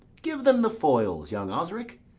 give them the foils, young osric.